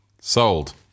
Sold